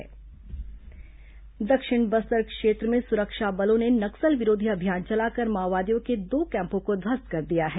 माओवादी समाचार दक्षिण बस्तर क्षेत्र में सुरक्षा बलों ने नक्सल विरोधी अभियान चलाकर माओवादियों के दो कैम्पों को ध्वस्त कर दिया है